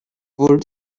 wood